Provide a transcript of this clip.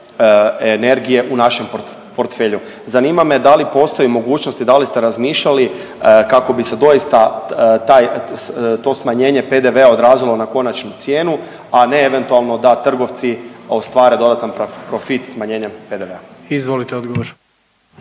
energije u našem portfelju. Zanima me da li postoji mogućnosti, da li ste razmišljali kako bi se doista taj, to smanjenje PDV-a odrazilo na konačnu cijenu, a ne eventualno da trgovci ostvare dodatan profit smanjenja PDV-a? **Jandroković,